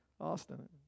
Austin